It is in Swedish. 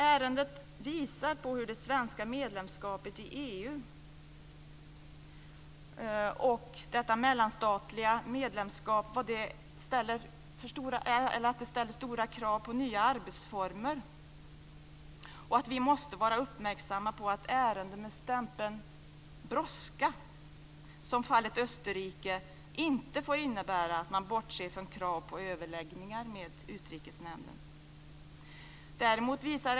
Ärendet visar hur det svenska medlemskapet i EU ställer stora krav på nya arbetsformer. Vi måste vara uppmärksamma på att ärenden med stämpeln brådskande, som i fallet Österrike, inte får innebära att man bortser från krav på överläggningar med Utrikesnämnden.